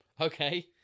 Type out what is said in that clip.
Okay